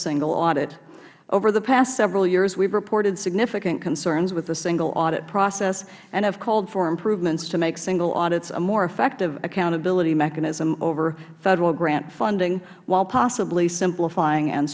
single audit over the past several years we have reported significant concerns with the single audit process and have called for improvements to make single audits a more effective accountability mechanism over federal grant funding while possibly